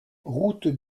route